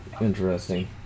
interesting